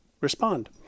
respond